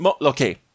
okay